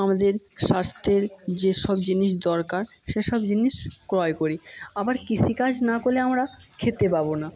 আমাদের স্বাস্থ্যের যে সব জিনিস দরকার সেসব জিনিস ক্রয় করি আবার কৃষিকাজ না করলে আমরা খেতে পাব না